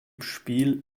spiel